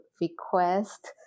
request